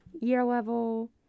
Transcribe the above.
year-level